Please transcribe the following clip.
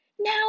Now